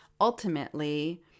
ultimately